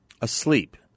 Asleep